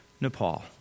Nepal